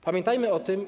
Pamiętajmy o tym.